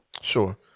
Sure